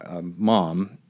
mom